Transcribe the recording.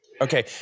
Okay